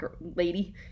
lady